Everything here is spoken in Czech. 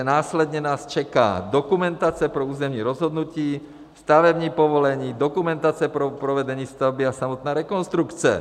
Následně nás čeká dokumentace pro územní rozhodnutí, stavební povolení, dokumentace pro provedení stavby a samotná rekonstrukce.